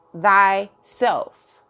thyself